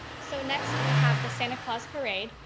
so next we have the santa claus parade.